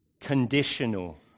conditional